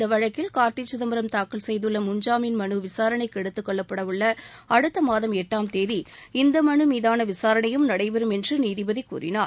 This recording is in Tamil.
இந்த வழக்கில் கார்த்தி சிதம்பரம் தாக்கல் செய்துள்ள முன்ஜாமீன் மலு விசாரணைக்கு எடுத்துக் கொள்ளப்படவுள்ள அடுத்த மாதம் கீம் தேதி இந்த மனு மீதான விசாரணையும் நடைபெறும் என்று நீதிபதி கூறினார்